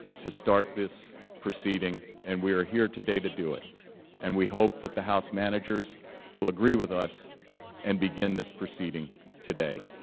to start this proceeding and we are here today to do it and we hope that the house managers will agree with us and begin this proceeding today.